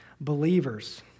believers